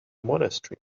monastery